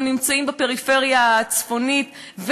הם נמצאים בפריפריה הצפונית,